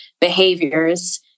behaviors